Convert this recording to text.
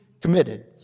committed